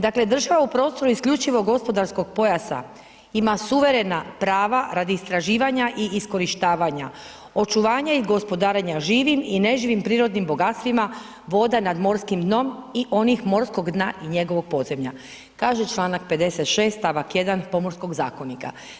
Dakle, država u prostoru isključivog gospodarskog pojasa ima suverena prava radi istraživanja i iskorištavanja, očuvanja i gospodarenja živim i neživim prirodnim bogatstvima voda nad morskim dnom i onih morskog dna i njegovog podzemlja, kaže čl. 56. st. 1. Pomorskog zakonika.